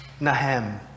Nahem